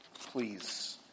please